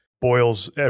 boils